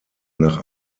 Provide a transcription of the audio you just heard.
nach